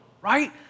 right